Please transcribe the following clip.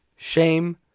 Shame